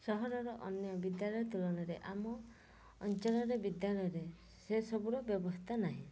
ସହରର ଅନ୍ୟ ବିଦ୍ୟାଳୟ ତୁଳନାରେ ଆମ ଅଞ୍ଚଳରେ ବିଦ୍ୟାଳୟରେ ସେ ସବୁର ବ୍ୟବସ୍ଥା ନାହିଁ